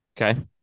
Okay